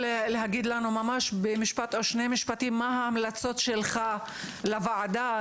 מה ההמלצות שלך לוועדה,